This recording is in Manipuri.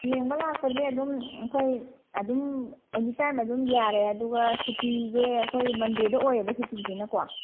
ꯌꯦꯡꯕ ꯂꯥꯛꯄꯁꯦ ꯑꯗꯨꯝ ꯑꯩꯈꯣꯏ ꯑꯗꯨꯝ ꯑꯦꯅꯤ ꯇꯥꯏꯝ ꯑꯗꯨꯝ ꯌꯥꯔꯦ ꯑꯗꯨꯒ ꯁꯨꯇꯤꯁꯦ ꯑꯩꯈꯣꯏ ꯃꯟꯗꯦꯗ ꯑꯣꯏꯌꯦꯕ ꯁꯨꯇꯤꯁꯤꯅꯀꯣ